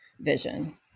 vision